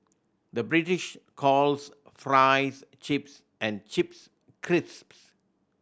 the British calls fries chips and chips crisps